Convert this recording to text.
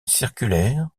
circulaires